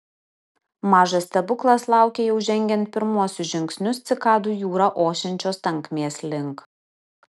mažas stebuklas laukė jau žengiant pirmuosius žingsnius cikadų jūra ošiančios tankmės link